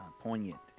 poignant